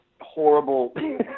horrible